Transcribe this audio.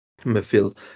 Midfield